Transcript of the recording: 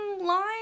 line